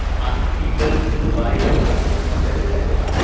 asking people to buy your own leather jackets.